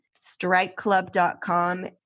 strikeclub.com